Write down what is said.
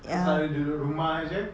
kau selalu duduk rumah sahaja